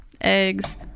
eggs